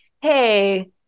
hey